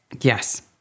yes